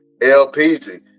Lpz